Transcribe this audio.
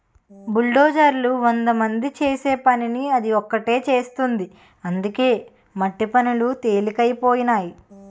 బుల్డోజర్లు వందమంది చేసే పనిని అది ఒకటే చేసేస్తుంది అందుకే మట్టి పనులు తెలికైపోనాయి